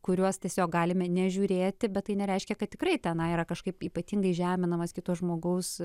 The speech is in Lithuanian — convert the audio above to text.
kuriuos tiesiog galime nežiūrėti bet tai nereiškia kad tikrai tenai yra kažkaip ypatingai žeminamas kito žmogaus